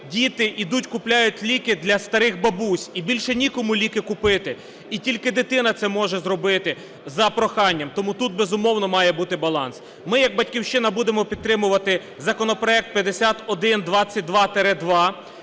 йдуть купляють ліки для старих бабусь, і більше нікому ліки купити, і тільки дитина це може зробити за проханням. Тому тут, безумовно, це має бути баланс. Ми як "Батьківщина" будемо підтримувати законопроект 5122-2